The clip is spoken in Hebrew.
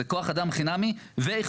זה כוח אדם חינמי ואכפתי.